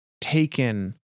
taken